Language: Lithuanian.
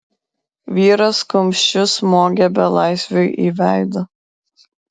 vyras kumščiu smogė belaisviui į veidą